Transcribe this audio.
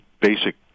basic